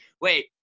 Wait